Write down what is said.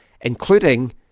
including